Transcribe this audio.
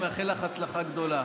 מאחל לך הצלחה גדולה.